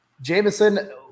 Jameson